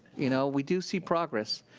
you know we do see progress.